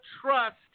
trust